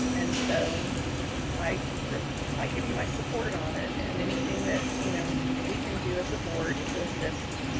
and so i pray, i give you my support on it and anything that you know we can do as a board to assist,